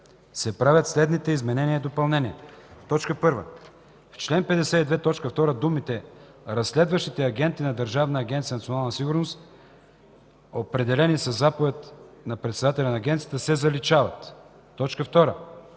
се правят следните изменения и допълнения: 1. В чл. 52, т. 2 думите „разследващите агенти от Държавна агенция „Национална сигурност”, определени със заповед на председателя на агенцията” се заличават. 2.